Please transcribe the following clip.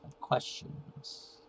Questions